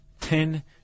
ten